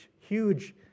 huge